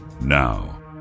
Now